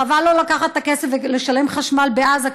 חבל לא לקחת את הכסף ולשלם חשמל בעזה,